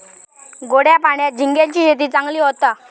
गोड्या पाण्यात झिंग्यांची शेती चांगली होता